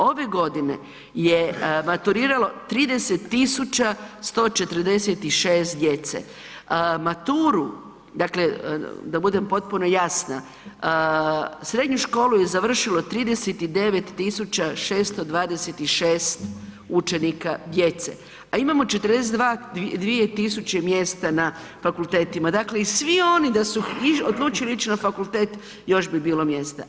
Ove godine je maturiralo 30.146 djece, maturu da budem potpuno jasna, srednju školu je završilo 39.626 učenika djece, a imamo 42.000 mjesta na fakultetima dakle i svi oni da su odlučili ići na fakultet još bi bilo mjesta.